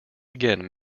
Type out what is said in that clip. again